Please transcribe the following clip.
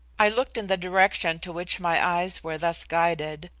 i looked in the direction to which my eyes were thus guided,